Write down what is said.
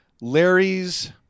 Larry's